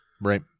Right